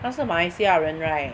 她是马来西亚人 right